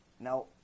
Now